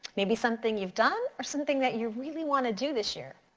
maybe something you've done or something that you really wanna do this year.